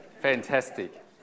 Fantastic